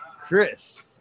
Chris